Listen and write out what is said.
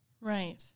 Right